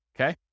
okay